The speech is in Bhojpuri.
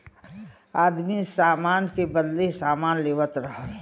आदमी सामान के बदले सामान लेवत रहल